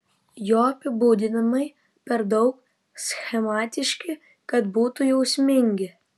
jo apibūdinimai per daug schematiški kad būtų jausmingi